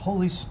Holy